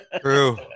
True